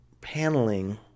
paneling